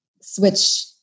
switch